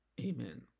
Amen